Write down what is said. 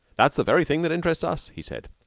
that's the very thing that interests us, he said.